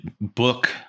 book